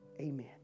amen